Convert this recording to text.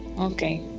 okay